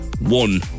one